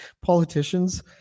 politicians